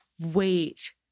Wait